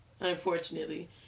unfortunately